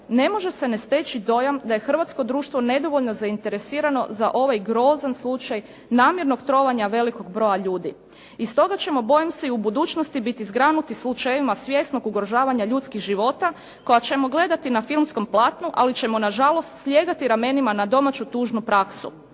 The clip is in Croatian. ne može se ne steći dojam da je hrvatsko društvo nedovoljno zainteresirano za ovaj grozan slučaj namjernog trovanja velikog broja ljudi. Iz toga ćemo bojim se i u budućnosti biti zgranuti slučajevima svjesnog ugrožavanja ljudskih života, koja ćemo gledati na filmskom platnu, ali ćemo na žalost slijegati ramenima na domaću tužnu praksu.